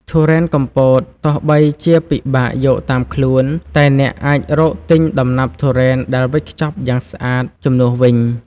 ធុរេនកំពតទោះបីជាពិបាកយកតាមខ្លួន តែអ្នកអាចរកទិញដំណាប់ធុរេនដែលវេចខ្ចប់យ៉ាងស្អាតជំនួសវិញ។